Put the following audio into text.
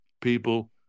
people